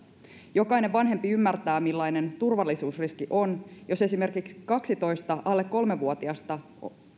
jokainen vanhempi ymmärtää millainen turvallisuusriski on jos esimerkiksi kahtatoista alle kolme vuotiasta